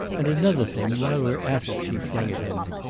and another thing, while we're at it, she flung at him.